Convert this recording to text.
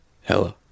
Hello